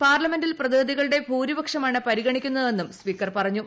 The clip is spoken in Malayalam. പാർലമെന്റിൽ പ്രതിനിധികളുടെ ഭൂരിപക്ഷമാണ് പരിഗണിക്കുന്നതെന്നും സ്പീക്കർ പറഞ്ഞു